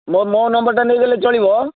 ମୋ ମୋ ନମ୍ବରଟା ନେଇଗଲେ ଚଳିବ